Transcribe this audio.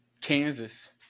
Kansas